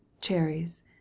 cherries